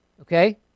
Okay